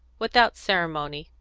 without ceremony,